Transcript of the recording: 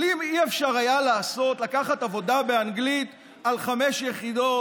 אבל האם אי-אפשר היה לקחת עבודה באנגלית על חמש יחידות,